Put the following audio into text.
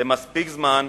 חמישה חודשים זה מספיק זמן.